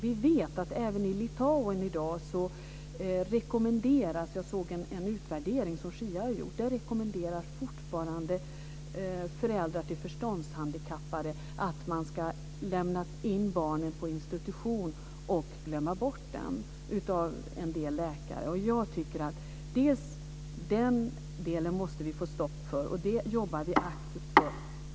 Vi vet att det i Litauen i dag, enligt vad jag såg i en utvärdering som SHIA har gjort, fortfarande är så att föräldrar till förståndshandikappade rekommenderas av en del läkare att lämna in barnen på institution och glömma bort dem. Den delen måste vi få stopp på, och det jobbar vi aktivt för.